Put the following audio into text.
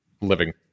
living